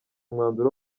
umwanzuro